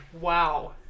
wow